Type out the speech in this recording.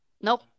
Nope